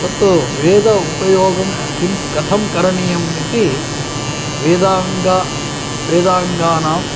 तत् वेद उपयोगं किं कथं करणीयम् इति वेदाङ्ग वेदाङ्गानां